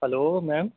hello ma'am